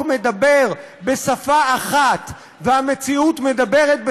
אנחנו עוברים להצעת חוק התכנון והבנייה (תיקון מס' 114),